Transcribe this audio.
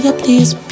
please